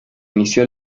inició